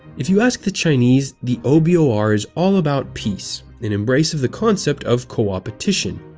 if you ask the chinese, the o b o r. is all about peace, an embrace of the concept of coop-etition.